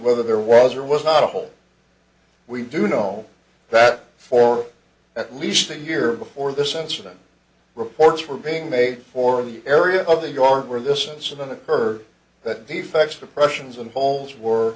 whether there was or was not a whole we do know that for at least a year before this incident reports were being made for me area of the yard where this incident occurred that the faction oppressions and halls were